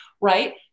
right